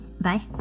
Bye